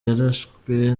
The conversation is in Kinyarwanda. yarashwe